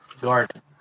garden